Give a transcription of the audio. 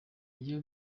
iyo